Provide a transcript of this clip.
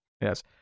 Yes